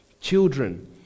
Children